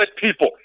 people